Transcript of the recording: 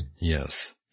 Yes